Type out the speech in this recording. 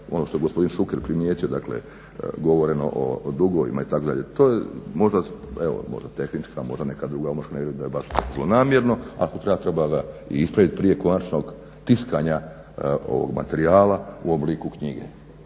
ono što je gospodin Šuker primjetio, govoreno o dugovima itd. to je možda evo tehnička možda neka druga …/govornik se ne razumije./… da je baš zlonamjerno. Ako treba, treba ga i ispraviti prije konačnog tiskanja ovog materijala u obliku knjige.